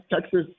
Texas